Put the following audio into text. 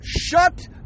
Shut